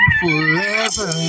forever